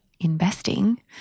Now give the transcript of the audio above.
investing